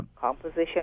composition